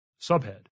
Subhead